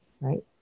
Right